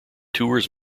tours